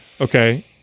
okay